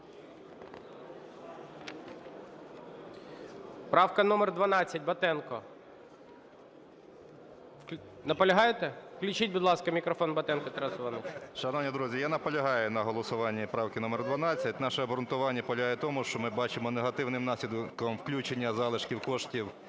Правка номер 12, Батенко. Наполягаєте? Включіть. Будь ласка, мікрофон Батенку Тарасу Івановичу. 10:20:25 БАТЕНКО Т.І. Шановні друзі, я наполягаю на голосуванні правки номер 12. Наше обґрунтування полягає в тому, що ми бачимо негативним наслідком включення залишків коштів